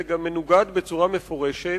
זה גם מנוגד בצורה מפורשת